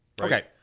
Okay